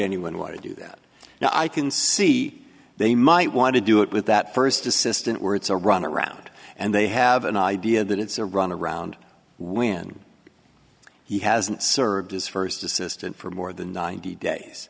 anyone want to do that now i can see they might want to do it with that first assistant where it's a runaround and they have an idea that it's a runaround when he hasn't served as first assistant for more than ninety days